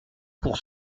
pour